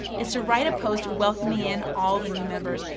is to write a post welcoming in all the new members.